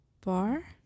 bar